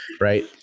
Right